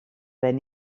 ben